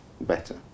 better